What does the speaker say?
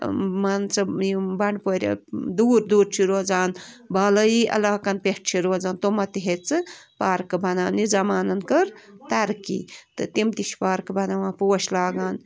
مان ژٕ یِم بنڈپورِ دوٗر دوٗر چھِ روزان بالٲیی علاقن پٮ۪ٹھ چھِ روزان تِمو تہِ ہیٚژٕ پارکہٕ بَناونہِ زمانن کٔر ترقی تہٕ تِم تہِ چھِ پارکہٕ بَناوان پوش لاگان